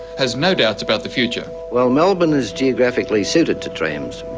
has no doubts about the future. well melbourne is geographically suited to trams,